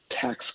tax